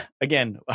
again